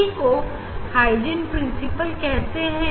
इसी को Huygens principle कहते हैं